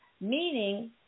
Meaning